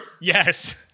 Yes